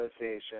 Association